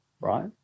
right